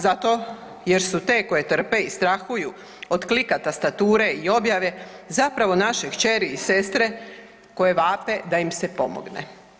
Zato jer su te koje trpe i strahuju od klika tastature i objave zapravo naše kćeri i sestre koje vape da im se pomogne.